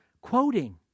quoting